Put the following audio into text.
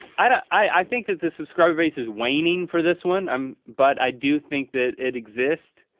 i i think that the subscriber-base is waning for this one, um but i do think that it exists.